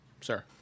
sir